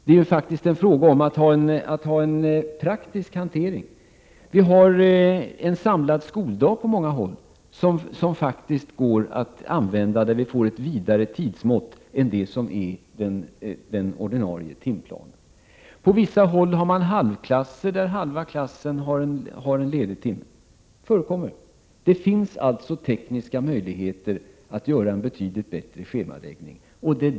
Det är faktiskt fråga om en praktisk hantering. På många håll har vi samlad skoldag, som faktiskt går att använda och som innebär ett vidare tidsmått jämfört med den ordinarie timplanen. På vissa håll har man halvklasser. Halva klassen har alltså en ledig timme. Det finns således tekniska möjligheter att göra en betydligt bättre schemaläggning.